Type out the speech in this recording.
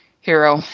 hero